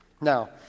Now